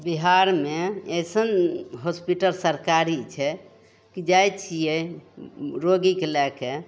बिहारमे अइसन हॉसपिटल सरकारी छै कि जाइ छिए रोगीके लैके